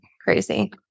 crazy